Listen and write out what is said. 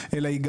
אלא היא גם